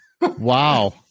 Wow